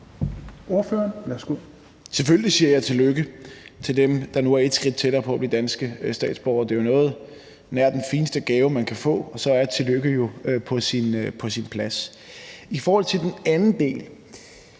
Selvfølgelig siger jeg tillykke til dem, der nu er et skridt tættere på at blive danske statsborgere. Det er jo noget nær den fineste gave, man kan få. Så er et tillykke jo på sin plads. I forhold til den anden del: